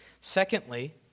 Secondly